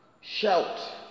shout